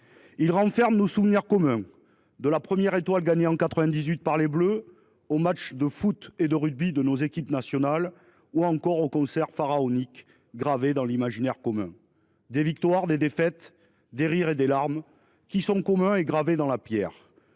Il renferme nos souvenirs, de la première étoile gagnée par les Bleus en 1998 aux matchs de football et de rugby de nos équipes nationales, jusqu’aux concerts pharaoniques gravés dans l’imaginaire collectif. Des victoires, des défaites, des rires et ces larmes qui nous sont communs, gravés dans la pierre.